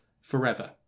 forever